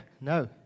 no